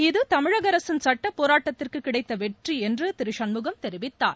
இது தமிழக அரசின் சட்டப்போராட்டத்திற்கு கிடைத்த வெற்றி என்று திரு சண்முகம் தெரிவித்தார்